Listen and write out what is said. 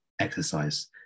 exercise